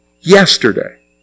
yesterday